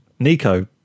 Nico